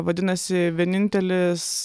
vadinasi vienintelis